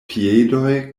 piedoj